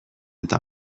eta